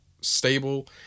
stable